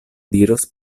diros